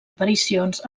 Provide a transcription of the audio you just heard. aparicions